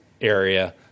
area